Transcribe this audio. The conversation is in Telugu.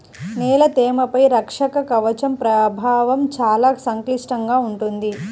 నేల తేమపై రక్షక కవచం ప్రభావం చాలా సంక్లిష్టంగా ఉంటుంది